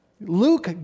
Luke